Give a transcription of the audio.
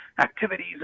activities